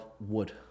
wood